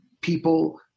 people